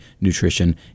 Nutrition